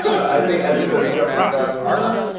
i think i think of the three of us are going. huh?